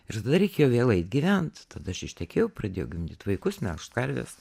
ir tada reikėjo vėl eit gyvent tada aš ištekėjau pradėjau gimdyt vaikus melžt karves